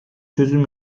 çözüm